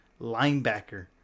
linebacker